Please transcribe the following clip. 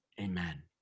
Amen